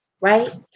right